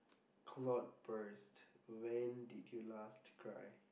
cloud burst when did you last cry